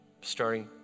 starting